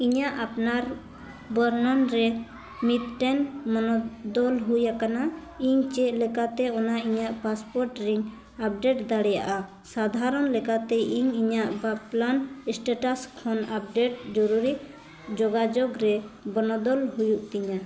ᱤᱧᱟᱹᱜ ᱟᱯᱱᱟᱨ ᱵᱚᱨᱱᱚᱱ ᱨᱮ ᱢᱤᱫᱴᱮᱱ ᱵᱚᱱᱚᱫᱚᱞ ᱦᱩᱭ ᱟᱠᱟᱱᱟ ᱤᱧ ᱪᱮᱫ ᱞᱮᱠᱟᱛᱮ ᱚᱱᱟ ᱤᱧᱟᱹᱜ ᱯᱟᱥᱯᱳᱨᱴ ᱨᱮᱧ ᱟᱯᱰᱮᱹᱴ ᱫᱟᱲᱮᱭᱟᱜᱼᱟ ᱥᱟᱫᱷᱟᱨᱚᱱ ᱞᱮᱠᱟᱛᱮ ᱤᱧ ᱤᱧᱟᱹᱜ ᱵᱟᱯᱞᱟᱱ ᱮᱥᱴᱮᱴᱟᱥ ᱠᱷᱚᱱ ᱟᱯᱮᱰᱮᱹᱴ ᱡᱚᱨᱩᱨᱤ ᱡᱳᱜᱟᱡᱳᱜᱽ ᱨᱮ ᱵᱚᱱᱚᱫᱚᱞ ᱦᱩᱭᱩᱜ ᱛᱤᱧᱟ